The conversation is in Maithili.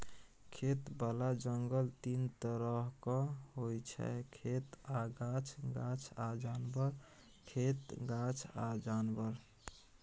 खेतबला जंगल तीन तरहक होइ छै खेत आ गाछ, गाछ आ जानबर, खेत गाछ आ जानबर